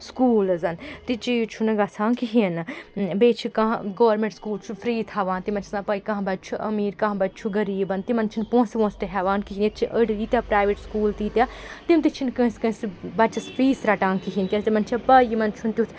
schools تہِ چیٖز چھُنہٕ گژھان کِہیٖنۍ نہٕ بیٚیہِ چھِ کانٛہہ گورمٮ۪نٛٹ سکوٗل چھُ فِرٛی تھاوان تِمَن چھِ آسان پَے کانٛہہ بَچہِ چھُ أمیٖر کانٛہہ بَچہِ چھُ غریٖب تِمَن چھِنہٕ پونٛسہٕ وونٛسہٕ تہِ ہٮ۪وان کِہی ییٚتہِ چھِ أڑۍ ییٖتیٛاہ پرٛایویٹ سکوٗل تیٖتیٛاہ تِم تہِ چھِنہٕ کٲنٛسہِ کٲنٛسہِ بَچَس فیٖس رَٹان کِہیٖنۍ کیٛازِ تِمَن چھِ پَے یِمَن چھُنہ تیُتھ